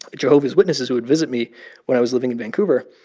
jehovah's witnesses who would visit me when i was living in vancouver.